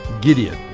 Gideon